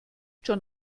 schon